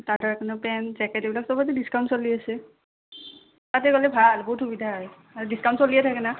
কাৰণে pant jacket এইবিলাক চবতে ডিছকাউণ্ট চলি আছে তাতে গ'লে ভাল বহুত সুবিধা হয় আৰু ডিছকাউণ্ট চলিয়ে থাকে না